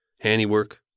handiwork